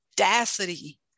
audacity